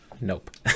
nope